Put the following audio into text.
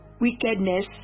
wickedness